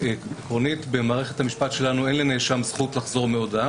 עקרונית במערכת המשפט שלנו אין לנאשם זכות לחזור מהודאה.